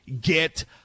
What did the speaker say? get